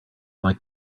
like